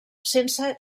sense